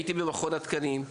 הייתי במכון התקנים,